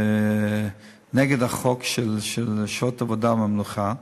נגד חוק שעות עבודה ומנוחה,